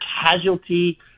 casualty